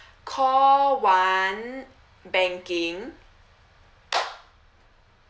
call one banking